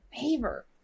favor